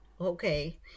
okay